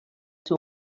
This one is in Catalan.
seu